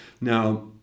Now